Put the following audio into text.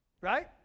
right